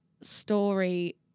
story